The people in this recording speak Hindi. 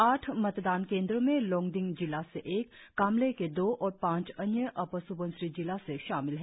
आठ मतदान केंद्रो में लोंगडिंग जिला से एक कामले के दो और पांच अन्य अपर स्बनसिरी जिला से शामिल है